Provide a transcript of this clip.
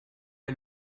est